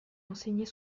enseignait